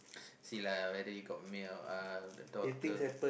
see lah whether you got milk uh the daughter